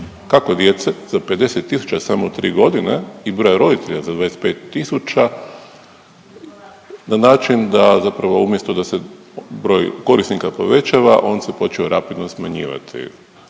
kako djece za 50 tisuća u samo 3 godine i broja roditelja za 25 tisuća na način da zapravo umjesto da se broj korisnika povećava on se počeo rapidno smanjivati.